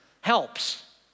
helps